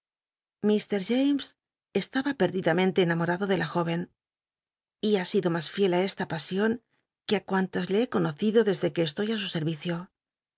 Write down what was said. james estaba pcrdidamcnte enamorado de la jóycn y ha sido mas fiel á esta pasion que ú cuan las le he conocido desde que estoy á su servicio